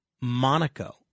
Monaco